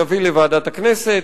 נביא לוועדת הכנסת,